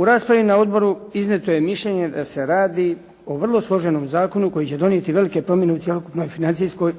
U raspravi na odboru iznijeto je mišljenje da se radi o vrlo složenom zakonu koji će donijeti velike promjene u cjelokupnoj financijskoj